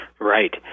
Right